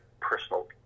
personal